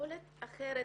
יכולת אחרת,